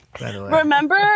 Remember